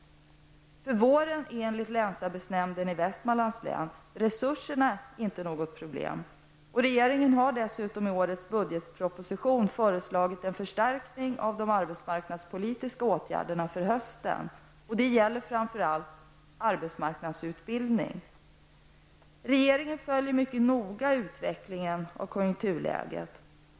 För våren är enligt länsarbetsnämnden i Västmanlands län resurserna inte något problem, och regeringen har dessutom i årets budgetproposition föreslagit en förstärkning av de arbetsmarknadspolitiska åtgärderna för hösten. Det gäller framför allt arbetsmarknadsutbildning. Regeringen följer mycket noga utvecklingen av konjunkturläget.